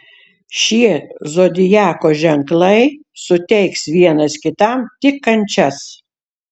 šie zodiako ženklai suteiks vienas kitam tik kančias